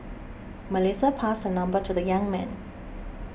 Melissa passed her number to the young man